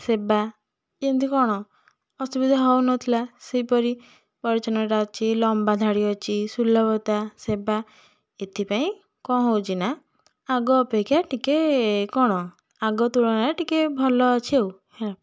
ସେବା ଯେମିତି କ'ଣ ଅସୁବିଧା ହେଉ ନଥିଲା ସେହିପରି ପରିଚ୍ଛନ୍ନତା ଅଛି ଲମ୍ବାଧାଡ଼ି ଅଛି ସୁଲଭତା ସେବା ଏଥିପାଇଁ କ'ଣ ହେଉଛି ନା ଆଗ ଅପେକ୍ଷା ଟିକିଏ କ'ଣ ଆଗ ତୁଳନାରେ ଟିକିଏ ଭଲଅଛି ଆଉ ହେଲା